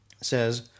says